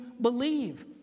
believe